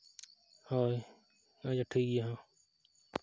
ᱦᱳᱭ ᱟᱪᱪᱷᱟ ᱴᱷᱤᱠ ᱜᱮᱭᱟ